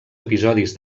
episodis